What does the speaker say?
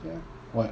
ya what